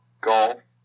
golf